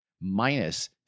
minus